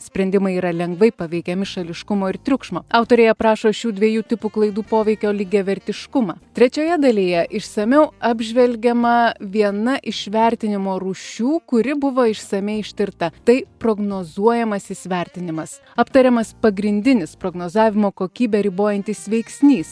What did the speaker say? sprendimai yra lengvai paveikiami šališkumo ir triukšmo autoriai aprašo šių dviejų tipų klaidų poveikio lygiavertiškumą trečioje dalyje išsamiau apžvelgiama viena iš vertinimo rūšių kuri buvo išsamiai ištirta tai prognozuojamasis vertinimas aptariamas pagrindinis prognozavimo kokybę ribojantis veiksnys